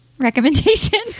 Recommendation